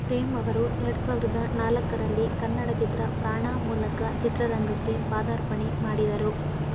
ಪ್ರೇಮ್ ಅವರು ಎರ್ಡು ಸಾವಿರ್ದ ನಾಲ್ಕರಲ್ಲಿ ಕನ್ನಡ ಚಿತ್ರ ಪ್ರಾಣ ಮೂಲಕ ಚಿತ್ರರಂಗಕ್ಕೆ ಪಾದಾರ್ಪಣೆ ಮಾಡಿದರು